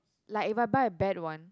like if I buy a bad one